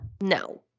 No